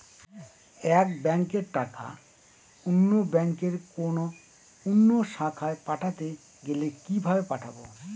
এক ব্যাংকের টাকা অন্য ব্যাংকের কোন অন্য শাখায় পাঠাতে গেলে কিভাবে পাঠাবো?